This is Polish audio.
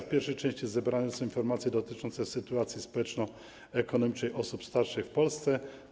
W pierwszej części zebrane są informacje dotyczące sytuacji społeczno-ekonomicznej osób starszych w Polsce.